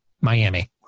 Miami